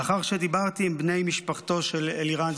לאחר שדיברתי עם בני משפחתו של אלירן,